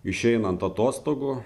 išeinant atostogų